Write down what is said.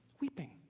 weeping